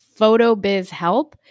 PhotoBizHelp